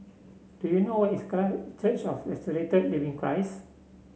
do you know where is Church of Resurrected Living Christ